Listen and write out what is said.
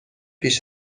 پیش